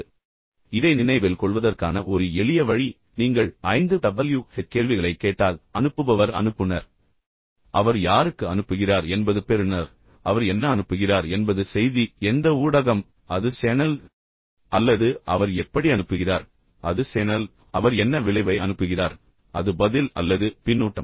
இந்த தகவல்தொடர்பு செயல்முறையை நினைவில் கொள்வதற்கான ஒரு எளிய வழி நீங்கள் ஐந்து WH கேள்விகளைக் கேட்டால் அனுப்புபவர் அனுப்புனர் அவர் யாருக்கு அனுப்புகிறார் என்பது பெறுநர் அவர் என்ன அனுப்புகிறார் என்பது செய்தி எந்த ஊடகம் அது சேனல் அல்லது அவர் எப்படி அனுப்புகிறார் அது சேனல் அவர் என்ன விளைவை அனுப்புகிறார் அது பதில் அல்லது பின்னூட்டம்